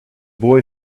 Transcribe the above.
boy